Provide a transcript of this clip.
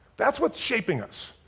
that's what's shaping us.